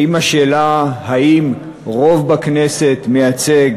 האם השאלה היא האם רוב בכנסת מייצג